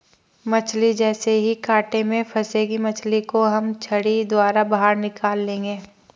मछली जैसे ही कांटे में फंसेगी मछली को हम छड़ी द्वारा बाहर निकाल लेंगे